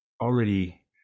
already